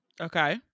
Okay